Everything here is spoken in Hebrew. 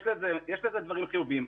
ויש לזה דברים חיוביים.